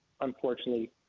unfortunately